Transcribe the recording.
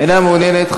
אינה מעוניינת.